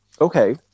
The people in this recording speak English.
Okay